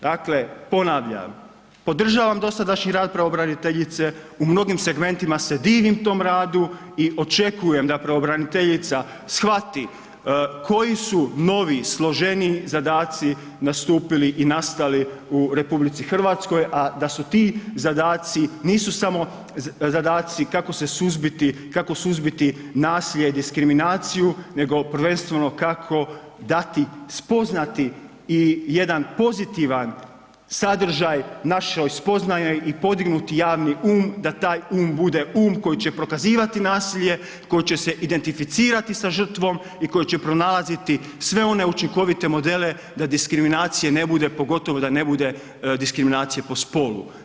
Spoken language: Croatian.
Dakle ponavljam, podržavam dosadašnji rad pravobraniteljice, u mnogim segmentima se divim tom radu i očekujem da pravobraniteljica shvati koji su novi, složeniji zadaci nastupili i nastali u RH a da su ti zadaci, nisu samo zadaci kako se suzbiti, kako suzbiti nasilje i diskriminaciju nego prvenstveno kako dati, spoznati i jedan pozitivan sadržaj našoj spoznaji i podignuti javni um da taj um bude um koji će prokazivati nasilje, koji će se identificirati sa žrtvom i koji će pronalaziti sve one učinkovite modele da diskriminacije ne bude, pogotovo da ne bude diskriminacije po spolu.